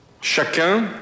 Chacun